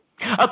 Okay